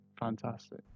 fantastic